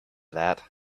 that